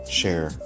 share